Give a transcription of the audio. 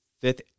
fifth